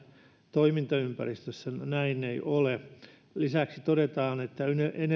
toimintaympäristössä näin ei ole lisäksi todetaan että